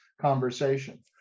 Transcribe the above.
conversation